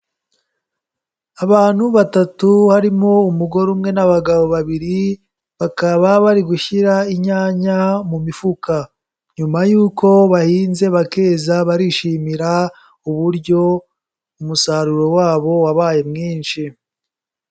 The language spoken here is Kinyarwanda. Abantu batatu harimo umugore umwe n'abagabo babiri, bakaba bari gushyira inyanya mu mifuka. Nyuma y'uko bahinze bakeza barishimira uburyo umusaruro wabo wabaye mwinshi.